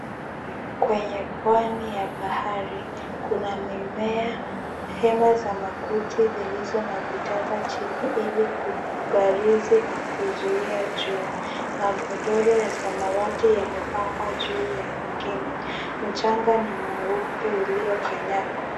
Kwenye pwani ya bahari kuna mimea hema za makuti na zilizo na vitanda chini ili kubarizi na kuzuia jua, magodoro ya samawati yamepangwa juu ya mengine mchanga ni mweupe uliyokanyagwa.